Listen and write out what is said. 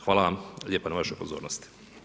Hvala vam lijepa na vašoj pozornosti.